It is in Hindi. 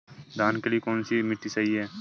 धान के लिए कौन सी मिट्टी सही है?